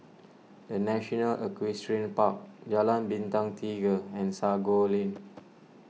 the National Equestrian Park Jalan Bintang Tiga and Sago Lane